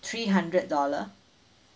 three hundred dollar